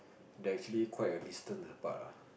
there is actually quite a distant apart ah